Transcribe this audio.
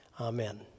Amen